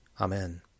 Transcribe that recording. Amen